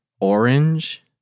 orange